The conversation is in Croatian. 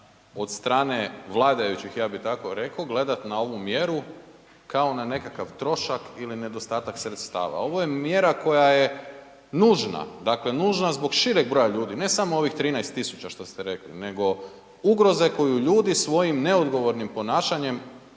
od strane vladajućih, ja bih tako rekao gledati na ovu mjeru, kao na nekakav trošak ili nedostatak sredstava. Ovo je mjera koja je nužna, dakle nužna zbog šireg broja ljudi, ne samo ovih 13 tisuća što ste rekli, nego ugroze koju ljudi svojim neodgovornim ponašanjem